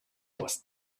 was